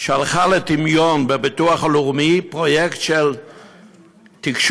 שירדה לטמיון בביטוח לאומי, בפרויקט של תקשוב,